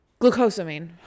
Glucosamine